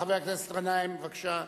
חבר הכנסת גנאים, בבקשה,